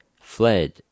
fled